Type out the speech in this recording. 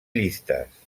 llistes